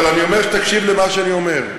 אבל אני אומר שתקשיב למה שאני אומר.